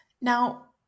Now